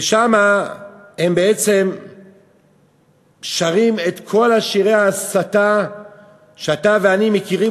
ושם הם בעצם שרים את כל שירי ההסתה שאתה ואני מכירים,